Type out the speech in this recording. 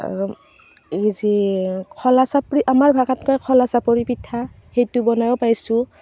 এই যে খোলাচাপৰি আমাৰ ভাষাত কয় খোলাচাপৰি পিঠা সেইটো বনায়ো পাইছোঁ